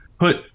put